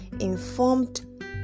informed